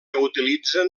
utilitzen